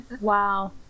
Wow